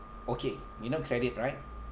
okay you know credit right